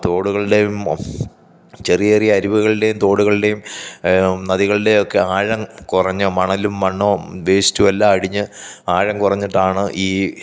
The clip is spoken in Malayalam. തോടുകളുടെയും ചെറിയറിയ അരുവികളുടെയും തോടുകളുടെയും നദികളുടെയും ഒക്കെ ആഴം കുറഞ്ഞ് മണലും മണ്ണും വേസ്റ്റും എല്ലാം അടിഞ്ഞ് ആഴം കുറഞ്ഞിട്ടാണ് ഈ